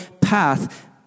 path